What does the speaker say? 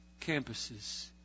campuses